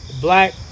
black